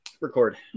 Record